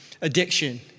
addiction